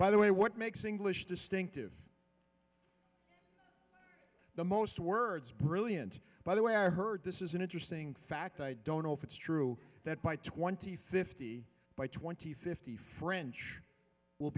by the way what makes english distinctive the most words brilliant by the way i heard this is an interesting fact i don't know if it's true that by twenty fifty by twenty fifty french will